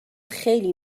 خیلی